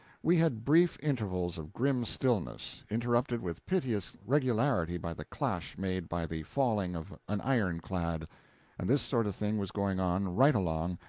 we had brief intervals of grim stillness, interrupted with piteous regularity by the clash made by the falling of an iron-clad and this sort of thing was going on, right along,